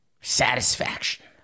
Satisfaction